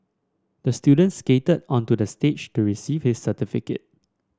the student skated onto the stage to receive his certificate